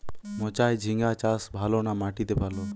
মাচায় ঝিঙ্গা চাষ ভালো না মাটিতে ভালো?